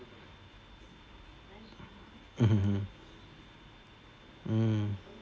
mmhmm hmm mm